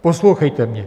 Poslouchejte mě.